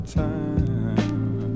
time